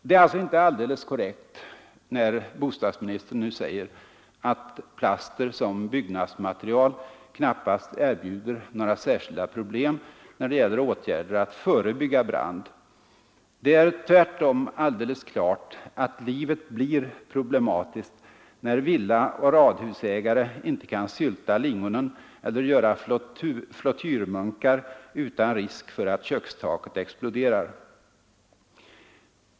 Det är alltså inte alldeles korrekt när bostadsministern nu säger att plaster som byggnadsmaterial knappast erbjuder några särskilda problem när det gäller åtgärder att förebygga brand. Det är tvärtom alldeles klart att livet blir problematiskt när villaoch radhusägare inte kan sylta lingonen eller göra flottyrmunkar utan risk för att kökstaket exploderar.